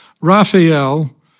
Raphael